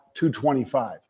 225